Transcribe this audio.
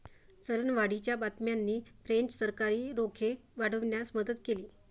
चलनवाढीच्या बातम्यांनी फ्रेंच सरकारी रोखे वाढवण्यास मदत केली